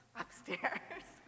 upstairs